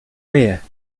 rare